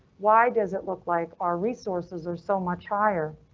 why does it look like our resources are so much higher?